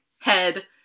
head